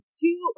two